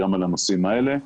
גם על הנושאים האלה.